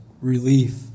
relief